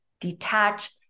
Detach